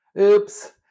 oops